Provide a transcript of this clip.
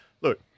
look